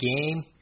game